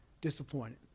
disappointed